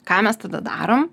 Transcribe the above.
ką mes tada darom